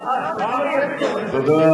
אדוני